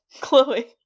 Chloe